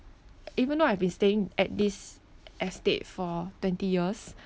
even though I've been staying at this estate for twenty years